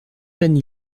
peine